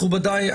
מכובדי,